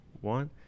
one